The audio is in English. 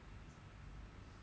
mm mm mm